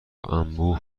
انبوه